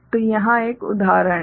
तो यहाँ एक उदाहरण है